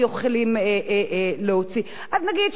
אז נגיד ש"כלל" אנחנו לא צופים לה באמת,